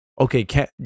okay